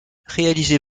réalisé